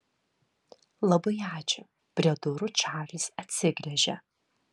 labai ačiū prie durų čarlis atsigręžė